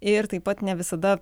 ir taip pat ne visada